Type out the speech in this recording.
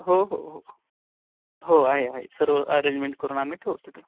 हो हो हो हो आहे आहे सर्व अरेंजमेंट करून आम्ही ठेवतो की